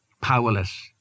powerless